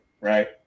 right